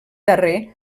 darrer